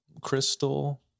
crystal